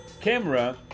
camera